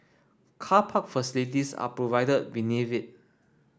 car park facilities are provided beneath it